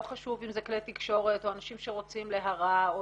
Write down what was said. לא חשוב אם זה כלי תקשורת או אנשים שרוצים להרע או